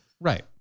Right